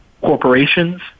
corporations